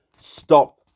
stop